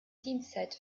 dienstzeit